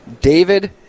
David